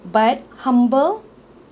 but humble